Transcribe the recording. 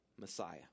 Messiah